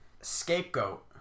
scapegoat